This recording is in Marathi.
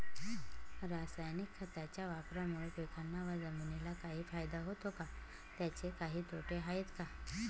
रासायनिक खताच्या वापरामुळे पिकांना व जमिनीला काही फायदा होतो का? त्याचे काही तोटे आहेत का?